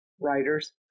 Writers